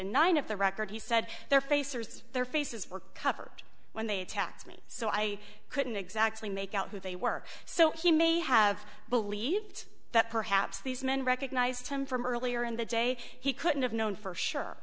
nine of the record he said their face there's their faces were covered when they attacked me so i couldn't exactly make out who they were so he may have believed that perhaps these men recognized him from earlier in the day he couldn't have known for sure